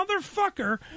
motherfucker